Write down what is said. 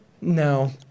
No